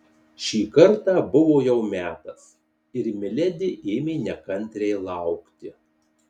šį kartą buvo jau metas ir miledi ėmė nekantriai laukti